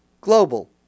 global